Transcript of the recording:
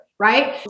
right